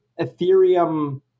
Ethereum